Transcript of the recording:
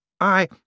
I